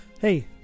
Hey